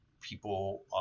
people